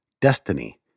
Destiny